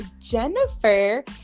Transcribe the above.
Jennifer